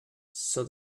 saw